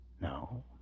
No